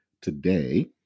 today